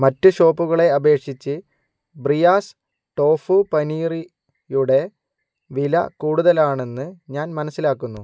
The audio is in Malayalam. മറ്റ് ഷോപ്പുകളെ അപേക്ഷിച്ച് ബ്രിയാസ് ടോഫു പനീറിയുടെ വില കൂടുതലാണെന്ന് ഞാൻ മനസ്സിലാക്കുന്നു